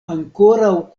ankoraŭ